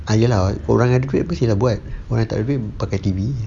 ah ya lah orang yang ada duit mesti lah buat orang yang takde duit pakai T_V jer